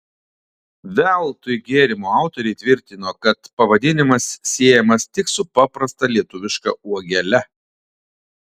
veltui gėrimo autoriai tvirtino kad pavadinimas siejamas tik su paprasta lietuviška uogele